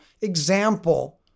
example